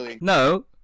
No